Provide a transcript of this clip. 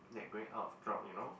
they're going out of job you know